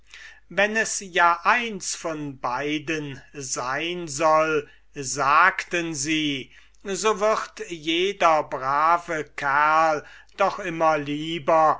wenn es ja eins von beiden sein soll sagten sie so wird jeder braver kerl doch immer lieber